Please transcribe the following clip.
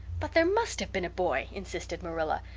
but there must have been a boy, insisted marilla.